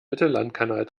mittellandkanal